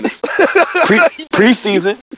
Preseason